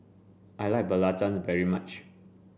I like Belacan very much